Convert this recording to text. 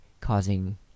causing